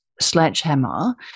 sledgehammer